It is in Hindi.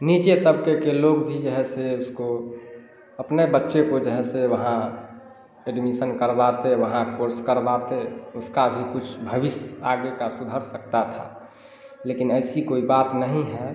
नीचे तबके के लोग भी जो है से उसको अपने बच्चे को जो है से वहाँ एडमीसन करवाते वहाँ कोर्स करवाते उसका भी कुछ भविष्य आगे का सुधर सकता था लेकिन ऐसी कोई बात नहीं है